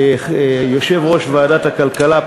וליושב-ראש ועדת הכלכלה,